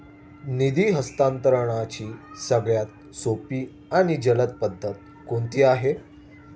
निधी हस्तांतरणाची सगळ्यात सोपी आणि जलद पद्धत कोणती आहे?